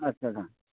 আচ্ছা আচ্ছা